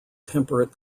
temperate